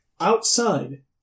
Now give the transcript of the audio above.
Outside